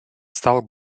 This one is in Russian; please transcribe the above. стал